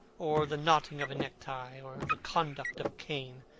or the knotting of a necktie, or the conduct of a cane.